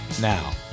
Now